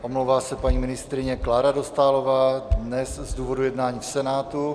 Omlouvá se paní ministryně Klára Dostálová dnes z důvodu jednání Senátu.